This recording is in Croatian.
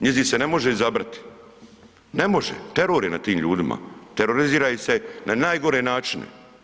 Njizi se ne može izabrati, ne može, teror ne na tim ljudima, terorizira ih se na najgore načine.